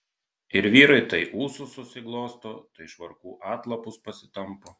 ir vyrai tai ūsus susiglosto tai švarkų atlapus pasitampo